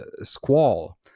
Squall